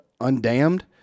Undammed